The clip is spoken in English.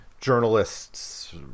journalists